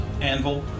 anvil